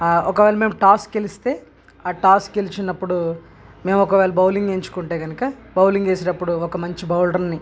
ఒకవేళ మేము టాస్ గెలిస్తే ఆ టాస్ గెలిచినప్పుడు మేము ఒకవేళ బౌలింగ్ ఎంచుకుంటే కనుక బౌలింగ్ వేసేటప్పుడు ఒక మంచి బౌలరుని